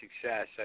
success